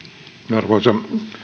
arvoisa